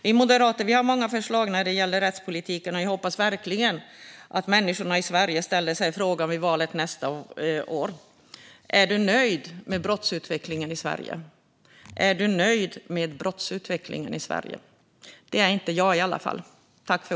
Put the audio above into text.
Vi moderater har många förslag när det gäller rättspolitiken, och jag hoppas verkligen att människorna i Sverige vid valet nästa år frågar sig om de är nöjda med brottsutvecklingen i Sverige. Det är i alla fall inte jag.